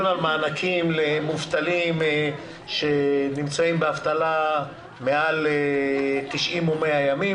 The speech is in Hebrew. מענקים למובטלים שנמצאים באבטלה מעל 90 או 100 ימים.